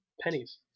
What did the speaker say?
pennies